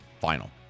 final